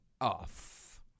off